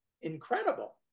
incredible